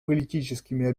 политическими